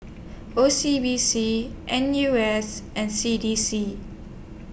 O C B C N U S and C D C